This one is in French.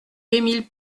émile